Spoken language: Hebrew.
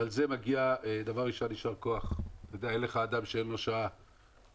ועל זה מגיע יישר כוח לשר התקשורת,